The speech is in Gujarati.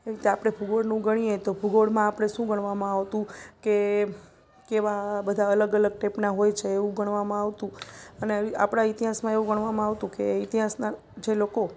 એ રીતે આપણે ભૂગોળનું ગણીએ તો ભૂગોળમાં આપણે શું ગણવામાં આવતું કે કેવા બધા અલગ અલગ ટાઈપના હોય છે એવું ગણવામાં આવતું અને આપણા ઇતિહાસમાં એવું ગણવામાં આવતું કે ઇતિહાસના જે લોકો